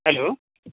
hello